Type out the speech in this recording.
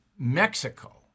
Mexico